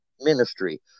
ministry